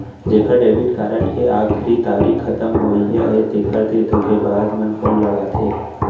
जेखर debit card के आखरी तारीख खतम होवइया हे तेखर तीर धोखेबाज मन फोन लगाथे